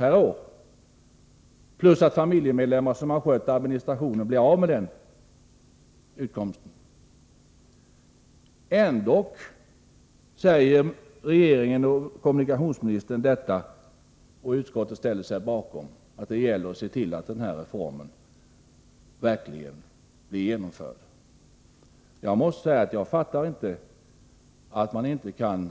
Dessutom skulle familjemedlemmar som skött administrationen bli av med sin utkomst. Ändock säger regeringen och kommunikationsministern att det gäller att se till att denna reform verkligen blir genomförd. Och detta ställer sig utskottsmajoriteten bakom. Jag måste säga att jag inte fattar att man inte kan